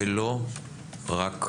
זה לא רק מדיניות.